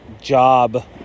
job